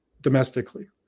domestically